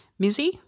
Mizzy